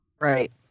Right